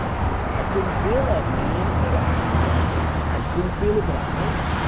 yeah i couldn't feel that, man. but i felt it. i couldn't feel it, but i felt it.